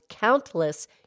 countless